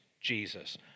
Jesus